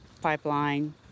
pipeline